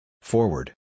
Forward